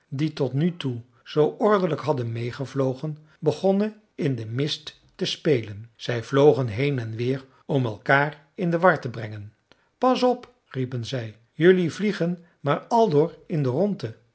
die tot nu toe zoo ordelijk hadden meêgevlogen begonnen in den mist te spelen zij vlogen heen en weer om elkaar in de war te brengen pas op riepen zij jelui vliegen maar aldoor in de rondte